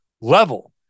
level